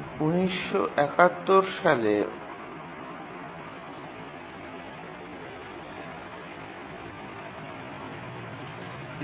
১৯৭১ সালে